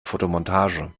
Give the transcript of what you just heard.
fotomontage